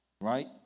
right